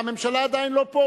והממשלה עדיין לא פה.